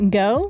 go